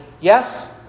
yes